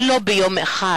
קרקוב לא נבנתה ביום אחד.